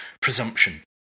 presumption